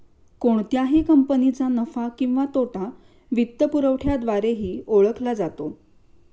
कोणत्याही कंपनीचा नफा किंवा तोटा वित्तपुरवठ्याद्वारेही ओळखला जातो